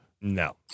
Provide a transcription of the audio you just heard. No